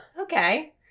Okay